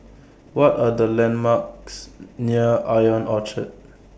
What Are The landmarks near Ion Orchard